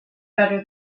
better